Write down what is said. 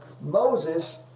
Moses